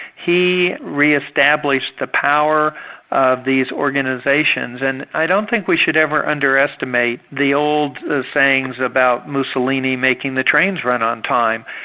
he re-established the power of these organisations, and i don't think we should ever underestimate the old sayings about mussolini making the trains run on time.